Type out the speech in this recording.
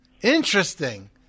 Interesting